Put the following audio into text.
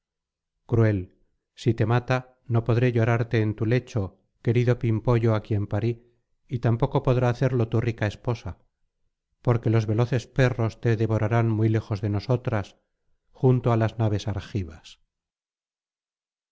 cruel si te mata no podré llorarte en tu lecho querido pimpollo á quien parí y tampoco podrá hacerlo tu rica esposa porque los veloces perros te devorarán muy lejos de nosotras junto á las naves argivas